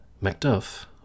Macduff